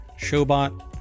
showbot